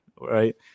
right